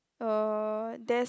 uh there's